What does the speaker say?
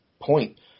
point